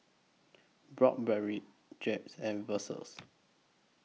Broad Berry Jeb's and Versus